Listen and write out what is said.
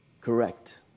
correct